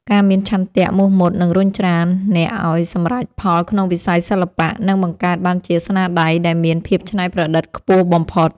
ការមានឆន្ទៈមោះមុតនឹងរុញច្រានអ្នកឱ្យសម្រេចផលក្នុងវិស័យសិល្បៈ និង បង្កើតបានជាស្នាដៃដែលមានភាពច្នៃប្រឌិតខ្ពស់បំផុត។